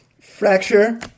Fracture